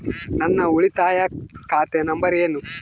ನನ್ನ ಉಳಿತಾಯ ಖಾತೆ ನಂಬರ್ ಏನು?